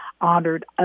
honored